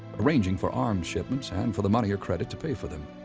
arranging for arms shipments and for the money or credit to pay for them.